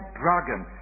dragon